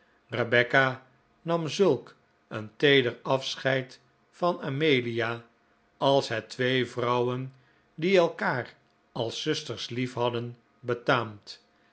rebecca nam zulk een teeder afscheid van amelia als het twee vrouwen die elkaar als zusters lief hadden betaamt